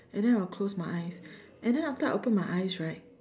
and then I'll close my eyes and then after I open my eyes right